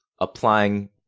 applying